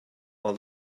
all